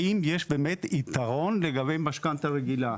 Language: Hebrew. האם יש באמת יתרון לגבי משכנתא רגילה?